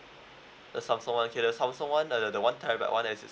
the Samsung one okay the Samsung [one] uh the the one type if I want is